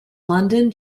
london